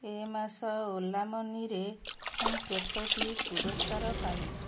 ଏ ମାସ ଓଲା ମନିରେ ମୁଁ କେତୋଟି ପୁରସ୍କାର ପାଇଲି